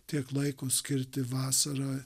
tiek laiko skirti vasarą